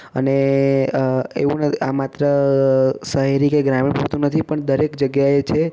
અને એવું આ માત્ર શહેરી કે ગ્રામીણ પૂરતું નથી પણ દરેક જગ્યાએ છે